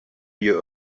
your